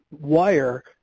wire